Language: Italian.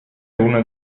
uno